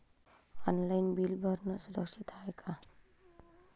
Online bill भरनं सुरक्षित हाय का?